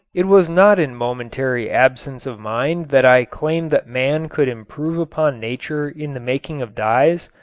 it was not in momentary absence of mind that i claimed that man could improve upon nature in the making of dyes.